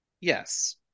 Yes